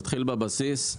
נתחיל בבסיס.